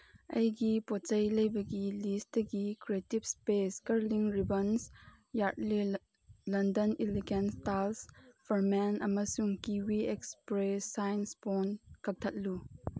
ꯑꯩꯒꯤ ꯄꯣꯠ ꯆꯩ ꯂꯩꯕꯒꯤ ꯂꯤꯁꯇꯒꯤ ꯀ꯭ꯔꯦꯇꯤꯞ ꯏꯁꯄꯦꯁ ꯀꯔꯂꯤꯡ ꯔꯤꯕꯟꯁ ꯌꯥꯔꯠꯂꯦ London elegance talc for men ꯑꯃꯁꯨꯡ ꯀꯤꯋꯤ ꯑꯦꯛꯁꯄ꯭ꯔꯦꯁ ꯁꯥꯏꯟ ꯏꯁꯄꯣꯟꯁ ꯀꯛꯊꯠꯂꯨ